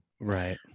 Right